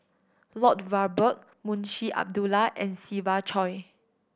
Lloyd Valberg Munshi Abdullah and Siva Choy